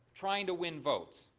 trying to win votes,